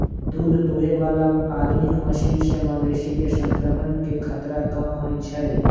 दूध दुहे बला आधुनिक मशीन से मवेशी में संक्रमण के खतरा कम होई छै